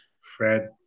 Fred